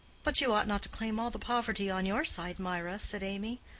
but you ought not to claim all the poverty on your side, mirah, said amy.